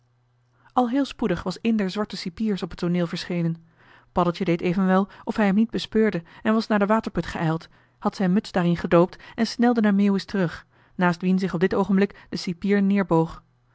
al heel spoedig was een der zwarte cipiers op het tooneel verschenen paddeltje deed evenwel of hij hem niet bespeurde en was naar den waterput geijld had zijn muts daarin gedoopt en snelde naar meeuwis terug naast wien zich op dit oogenblik de cipier neerboog